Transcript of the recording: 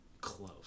close